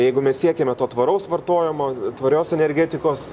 jeigu mes siekiame to tvaraus vartojimo tvarios energetikos